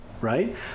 right